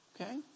Okay